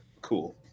Cool